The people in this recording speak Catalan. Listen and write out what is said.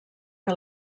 que